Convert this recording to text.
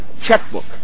checkbook